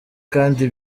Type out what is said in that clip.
kandi